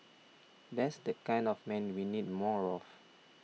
that's the kind of man we need more of